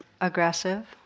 aggressive